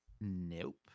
Nope